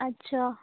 اچھا